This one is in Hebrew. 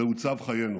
זהו צו חיינו,